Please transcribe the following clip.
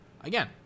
Again